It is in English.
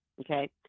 Okay